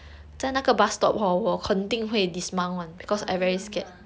ah 一样 lah